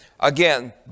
Again